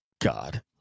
God